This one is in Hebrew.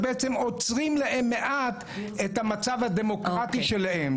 אז בעצם עוצרים להן מעט את המצב הדמוקרטי שלהן.